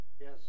Yes